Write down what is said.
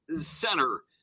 center